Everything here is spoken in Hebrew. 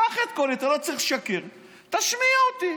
קח את קולי, אתה לא צריך לשקר, תשמיע אותי.